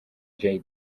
jay